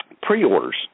pre-orders